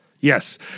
Yes